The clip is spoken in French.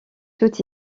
tout